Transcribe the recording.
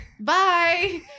Bye